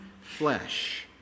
flesh